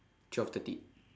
twelve thirty